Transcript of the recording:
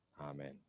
Amen